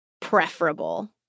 preferable